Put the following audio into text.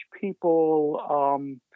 people